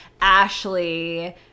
Ashley